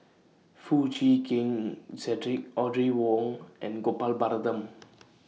Foo Chee Keng Cedric Audrey Wong and Gopal Baratham